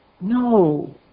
No